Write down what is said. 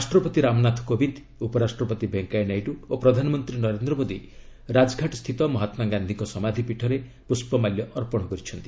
ରାଷ୍ଟ୍ରପତି ରାମନାଥ କୋବିନ୍ଦ ଉପରାଷ୍ଟ୍ରପତି ଭେଙ୍କିୟା ନାଇଡୁ ଓ ପ୍ରଧାନମନ୍ତ୍ରୀ ନରେନ୍ଦ୍ର ମୋଦି ରାଜଘାଟ୍ସ୍ଥିତ ମହାତ୍ମାଗାନ୍ଧିଙ୍କ ସମାଧି ପୀଠରେ ପୁଷ୍ପମାଲ୍ୟ ଅର୍ପଣ କରିଛନ୍ତି